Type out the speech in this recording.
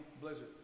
Blizzard